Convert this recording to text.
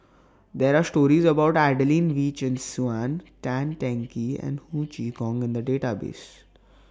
There Are stories about Adelene Wee Chin Suan Tan Teng Kee and Ho Chee Kong in The Database